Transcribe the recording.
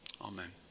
Amen